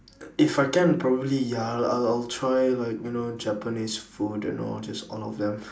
if I can probably ya I'll I'll try like you know japanese food you know just all of them